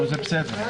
זה בסדר.